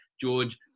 George